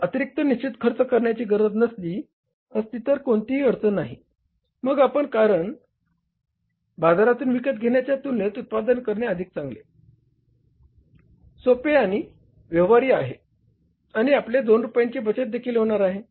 जर अतिरिक्त निश्चित खर्च करण्याची गरज नसली असती तर कोणतीही अडचण नाही मग आपण बाजारातून विकत घेण्याच्या तुलनेत उत्पादन करणे अधिक चांगले सोपे आणि व्यवहार्य आहे आणि आपली 2 रुपयांची बचत देखील होणार आहे